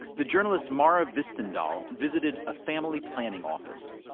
the journalist mara hvistendahl visited a family planning office.